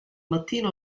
mattino